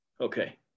Okay